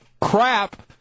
crap